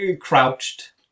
Crouched